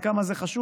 עד כמה זה חשוב,